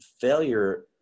failure